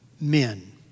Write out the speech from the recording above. men